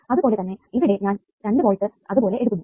ഇതുപോലെതന്നെ ഇവിടെ ഞാൻ രണ്ട് വോൾട്ട് അതുപോലെ എടുക്കുന്നു